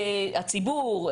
אם הציבור,